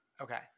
Okay